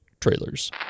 trailers